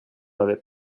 avait